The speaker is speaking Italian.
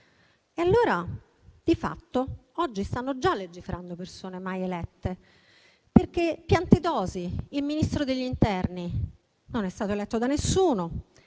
Allora, di fatto, oggi stanno già legiferando persone mai elette, perché Piantedosi, il Ministro dell'interno, non è stato eletto da nessuno,